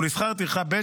ולשכר טרחה ב',